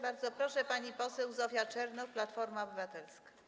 Bardzo proszę, pani poseł Zofia Czernow, Platforma Obywatelska.